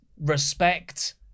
respect